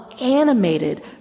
animated